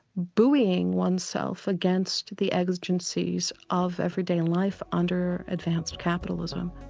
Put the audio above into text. bullying one's self against the exigencies of every day life under advanced capitalism.